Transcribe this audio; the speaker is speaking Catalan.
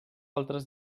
altres